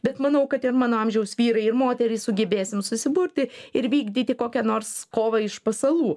bet manau kad ir mano amžiaus vyrai ir moterys sugebėsim susiburti ir vykdyti kokią nors kovą iš pasalų